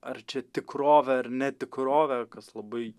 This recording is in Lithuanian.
ar čia tikrovė ar netikrovė kas labai